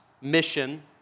mission